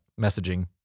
messaging